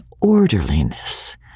orderliness